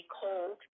cold